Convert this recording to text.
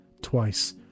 twice